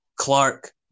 Clark